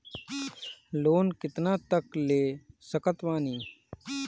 Loan कितना तक ले सकत बानी?